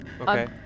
Okay